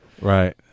right